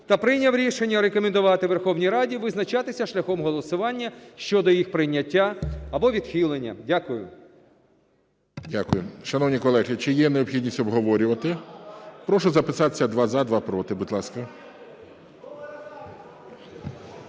та прийняв рішення рекомендувати Верховній Раді визначатися шляхом голосування щодо їх прийняття або відхилення. Дякую. ГОЛОВУЮЧИЙ. Дякую. Шановні колеги, чи є необхідність обговорювати? Прошу записатися: два - за, два – проти, будь ласка.